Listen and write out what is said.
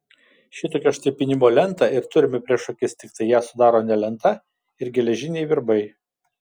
šitokią štai pynimo lentą ir turime prieš akis tiktai ją sudaro ne lenta ir geležiniai virbai